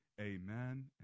amen